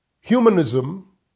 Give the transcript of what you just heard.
humanism